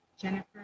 Jennifer